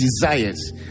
desires